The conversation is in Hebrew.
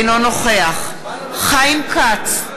אינו נוכח חיים כץ,